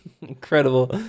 incredible